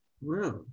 Wow